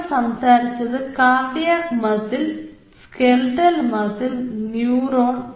നമ്മൾ സംസാരിച്ചത് cardiac muscle skeletal muscle neuron